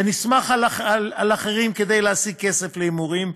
ונסמך על אחרים כדי להשיג כסף להימורים.